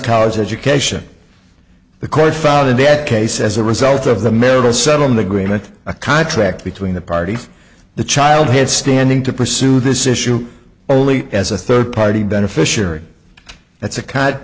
college education the court found a dead case as a result of the marital settlement agreement a contract between the parties the child had standing to pursue this issue only as a third party beneficiary that's a